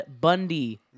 Bundy